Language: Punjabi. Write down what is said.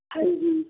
ਹਾਂਜੀ